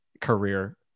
career